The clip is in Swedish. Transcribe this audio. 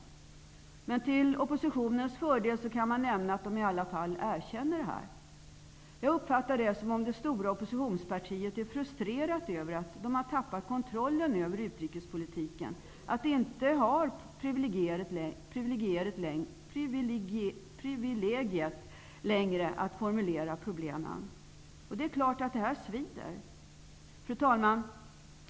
Men till oppositionens fördel kan man nämna att den i alla fall erkänner detta. Jag uppfattar det så att det stora oppositionspartiet är frustrerat över att man har tappat kontrollen över utrikespolitiken, över att man inte längre har privilegiet att formulera problemen. Det är klart att det svider. Fru talman!